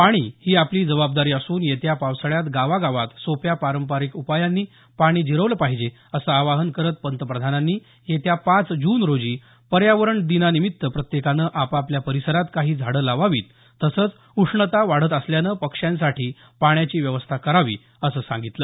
पाणी ही आपली जबाबदारी असून येत्या पावसाळ्यात गावागावात सोप्या पारंपरिक उपायांनी पाणी जिरवलं पाहिजे असं आवाहन करत पंतप्रधानांनी येत्या पाच जून रोजी पर्यावरण दिनानिमित्त प्रत्येकानं आपापल्या परिसरात काही झाडं लावावीत तसंच उष्णता वाढत असल्यामुळे पक्ष्यांसाठी पाण्याची व्यवस्था करावी असं सांगितलं